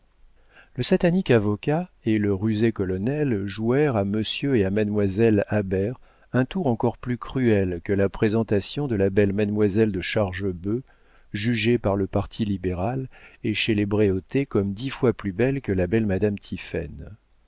le satanique avocat et le rusé colonel jouèrent à monsieur et à mademoiselle habert un tour encore plus cruel que la présentation de la belle mademoiselle de chargebœuf jugée par le parti libéral et chez les bréautey comme dix fois plus belle que la belle madame